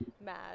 mad